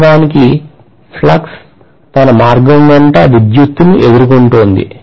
వాస్తవానికి ఫ్లక్స్ తన మార్గం వెంట విద్యుత్తును ఎదుర్కొంటోంది